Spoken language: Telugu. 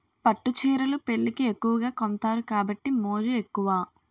పట్టు చీరలు పెళ్లికి ఎక్కువగా కొంతారు కాబట్టి మోజు ఎక్కువ